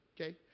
Okay